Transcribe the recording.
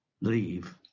leave